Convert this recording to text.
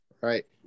Right